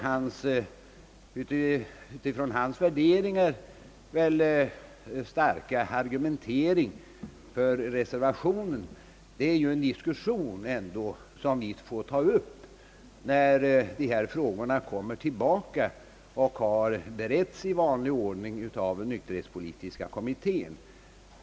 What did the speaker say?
Oavsett hans starka argumentering för reservationen är detta än dock en diskussion som vi får ta när dessa frågor i vanlig ordning har beretts av nykterhetspolitiska kommittén.